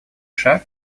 шаг